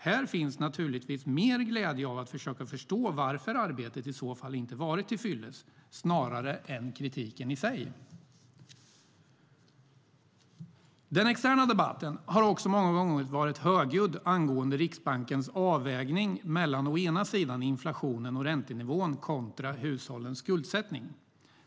Här finns naturligtvis mer glädje av att försöka förstå varför arbetet i så fall inte varit till fyllest snarare än att kritisera. Den externa debatten har också många gånger varit högljudd angående Riksbankens avvägning mellan inflationen och räntenivån kontra hushållens skuldsättning.